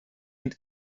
und